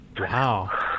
Wow